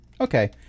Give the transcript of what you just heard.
okay